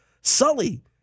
Sully